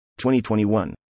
2021